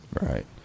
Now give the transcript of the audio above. Right